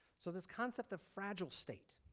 so this concept of fragile state.